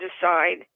decide